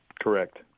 Correct